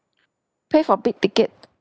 pay for big ticket